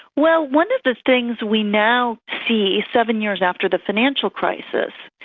well, one of the things we now see, seven years after the financial crisis,